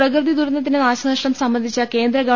പ്രകൃതി ദുരന്തത്തിന്റെ നാശനഷ്ടം സംബന്ധിച്ച് കേന്ദ്ര ഗവ